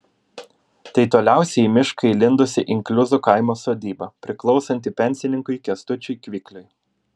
tai toliausiai į mišką įlindusi inkliuzų kaimo sodyba priklausanti pensininkui kęstučiui kvikliui